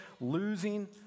losing